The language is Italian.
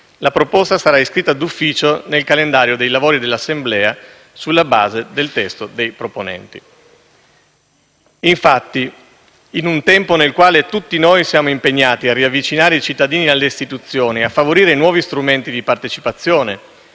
la proposta sarà iscritta d'ufficio nel calendario dei lavori dell'Assemblea sulla base del testo dei proponenti. Infatti, in un tempo in cui tutti noi siamo impegnati a riavvicinare i cittadini alle istituzioni, a favorire nuovi strumenti di partecipazione